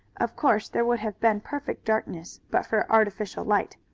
of course there would have been perfect darkness but for artificial light.